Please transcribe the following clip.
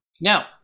Now